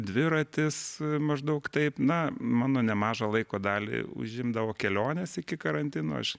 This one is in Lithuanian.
dviratis maždaug taip na mano nemažą laiko dalį užimdavo kelionės iki karantino aš